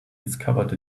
discovered